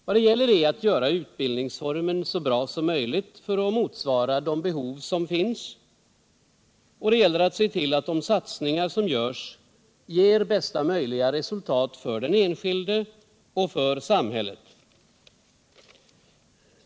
Vad det gäller är att göra utbildningsformen så bra som möjligt för att motsvara de behov som finns, och att se till att de satsningar som görs ger bästa möjliga resultat för den enskilde och för samhället.